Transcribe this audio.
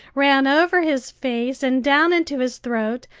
ran over his face and down into his throat,